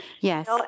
Yes